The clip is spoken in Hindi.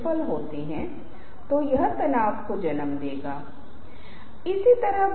बहुत बार मुझे लगता है कि मेरे छात्रों को यह नहीं पता है कि उन्हें कहाँ हाथ लगाना चाहिए